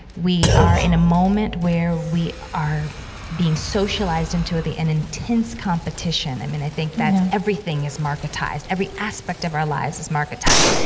we are in a moment where we are being socialized into the an intense competition. i mean, i think that's everything is marketized. every aspect of our lives is marketized.